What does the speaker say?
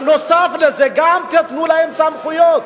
נוסף על זה גם תיתנו להם סמכויות.